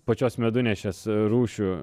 pačios medunešės rūšių